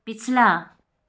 पिछला